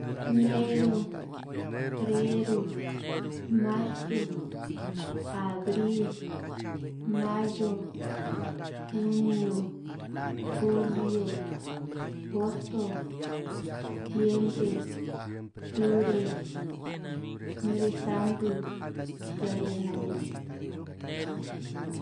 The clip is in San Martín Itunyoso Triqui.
Neru, freru, marsu, abri, mayo, junio, julio, hosto, stiembre, tubre, noresantu, heabi a'ngaj ña'anj.